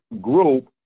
group